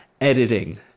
editing